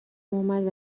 اومد